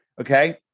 okay